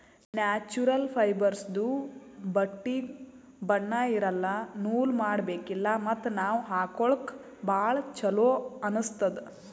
natural ಫೈಬರ್ಸ್ದು ಬಟ್ಟಿಗ್ ಬಣ್ಣಾ ಇರಲ್ಲ ನೂಲ್ ಮಾಡಬೇಕಿಲ್ಲ ಮತ್ತ್ ನಾವ್ ಹಾಕೊಳ್ಕ ಭಾಳ್ ಚೊಲೋ ಅನ್ನಸ್ತದ್